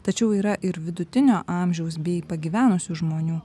tačiau yra ir vidutinio amžiaus bei pagyvenusių žmonių